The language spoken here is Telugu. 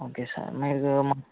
ఓకే సార్ మీరు